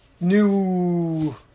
new